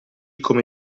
come